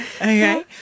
Okay